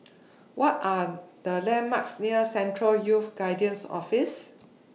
What Are The landmarks near Central Youth Guidance Office